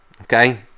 okay